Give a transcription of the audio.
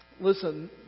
Listen